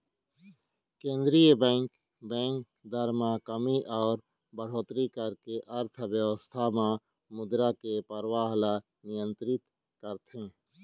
केंद्रीय bank, bank दर म कमी अउ बड़होत्तरी करके अर्थबेवस्था म मुद्रा के परवाह ल नियंतरित करथे